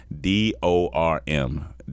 D-O-R-M